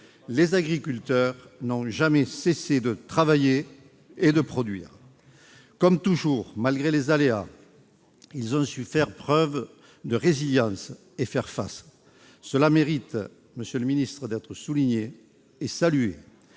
les agriculteurs n'ont jamais cessé de travailler et de produire. Comme toujours, malgré les aléas, ils ont su faire preuve de résilience et faire face. Cela mérite d'être souligné et salué.